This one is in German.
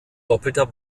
doppelter